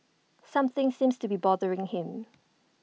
something seems to be bothering him